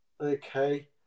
Okay